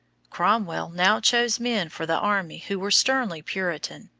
cromwell now chose men for the army who were sternly puritan,